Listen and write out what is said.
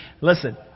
Listen